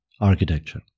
architecture